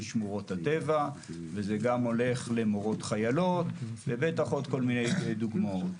שמורות הטבע וזה גם הולך למורות חיילות ובטח יש עוד כל מיני דוגמאות.